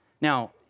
Now